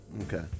Okay